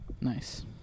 nice